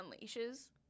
leashes